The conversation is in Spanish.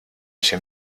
ese